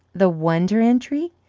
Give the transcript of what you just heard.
the wonder entry?